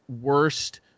worst